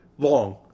Long